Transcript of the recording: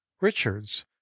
richards